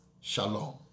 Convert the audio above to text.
Shalom